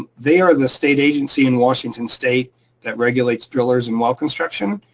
ah they are the state agency in washington state that regulates drillers and well construction.